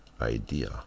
idea